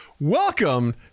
welcome